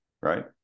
right